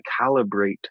calibrate